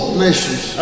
nations